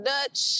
Dutch